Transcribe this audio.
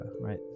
right